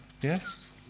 Yes